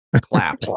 clap